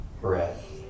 breath